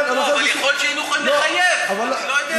אבל יכולים לחייב, אני לא יודע.